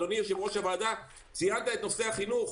אדוני יושב-ראש הוועדה, ציינת את נושא החינוך.